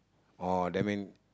oh that means